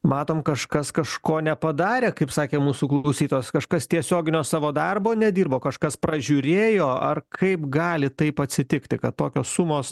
matom kažkas kažko nepadarė kaip sakė mūsų klausytojas kažkas tiesioginio savo darbo nedirbo kažkas pražiūrėjo ar kaip gali taip atsitikti kad tokios sumos